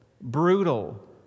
brutal